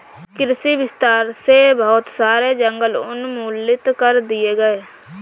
कृषि विस्तार से बहुत सारे जंगल उन्मूलित कर दिए गए